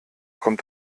kommt